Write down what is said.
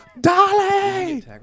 Dolly